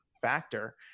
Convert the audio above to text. factor